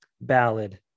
ballad